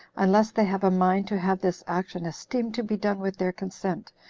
unless they have a mind to have this action esteemed to be done with their consent,